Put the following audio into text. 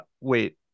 wait